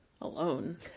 alone